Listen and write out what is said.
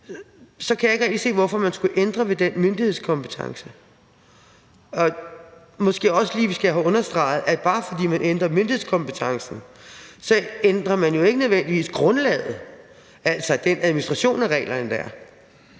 så kan jeg ikke rigtig se, hvorfor man skulle ændre ved den myndighedskompetence. Jeg synes måske også lige, at vi skal have understreget, at bare fordi man ændrer myndighedskompetencen, ændrer man jo ikke nødvendigvis grundlaget, altså den administration af reglerne, der